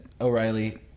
O'Reilly